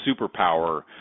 superpower